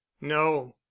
no